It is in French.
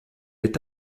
est